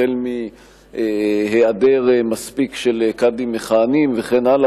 החל מהיעדר מספר מספיק של קאדים מכהנים וכן הלאה.